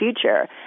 future